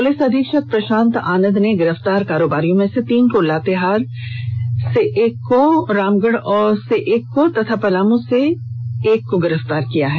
police अधीक्षक प्रशांत आनंद ने गिरफ्तार कारोबारियों में से तीन को लातेहार एक को रामगढ और एक को पलाम से गिरफ्तार किया है